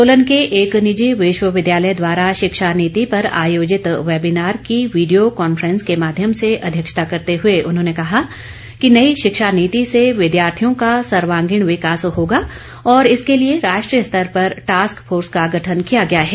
सोलन के एक निजी विश्वविद्यालय द्वारा शिक्षा नीति पर आयोजित वेबिनार की वीडियो कांफ्रेंस के माध्यम से अध्यक्षता करते हुए उन्होंने कहा कि नई शिक्षा नीति से विद्यार्थियों का सर्वागीण विकास होगा और इसके लिए राष्ट्रीय स्तर पर टास्क फोर्स का गठन किया गया है